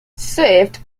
swift